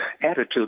attitude